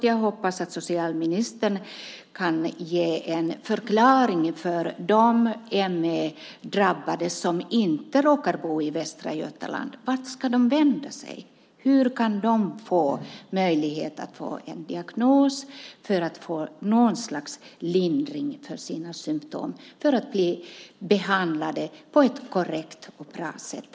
Jag hoppas att socialministern kan förklara för de ME-drabbade som inte råkar bo i Västra Götaland vart de ska vända sig. Hur kan de få möjlighet att få en diagnos för att få något slags lindring för sina symtom och bli behandlade på ett korrekt och bra sätt?